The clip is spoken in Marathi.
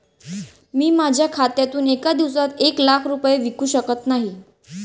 मी माझ्या खात्यातून एका दिवसात एक लाख रुपये विकू शकत नाही